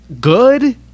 good